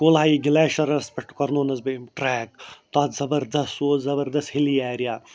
کولاۂے گِلیشَرَس پٮ۪ٹھ کَرٕنونَس بہٕ أمۍ ٹریک تَتھ زبردَس سُہ اوس زبردَس ہِلی اٮ۪رِیا